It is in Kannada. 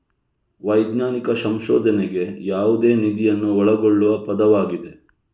ವೈಜ್ಞಾನಿಕ ಸಂಶೋಧನೆಗೆ ಯಾವುದೇ ನಿಧಿಯನ್ನು ಒಳಗೊಳ್ಳುವ ಪದವಾಗಿದೆ